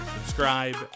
subscribe